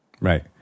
Right